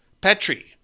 Petri